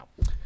now